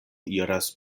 iras